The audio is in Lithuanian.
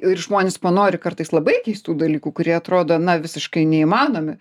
ir žmonės panori kartais labai keistų dalykų kurie atrodo na visiškai neįmanomi